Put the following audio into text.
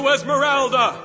Esmeralda